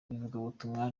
w’ivugabutumwa